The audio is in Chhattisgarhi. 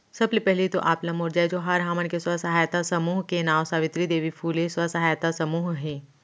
सबले पहिली तो आप ला मोर जय जोहार, हमन के स्व सहायता समूह के नांव सावित्री देवी फूले स्व सहायता समूह हे